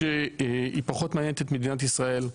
שהיא פחות מעניינית את מדינת ישראל.